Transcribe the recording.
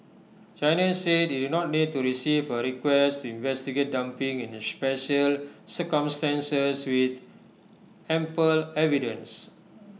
China said IT did not need to receive A request to investigate dumping in special circumstances with ample evidence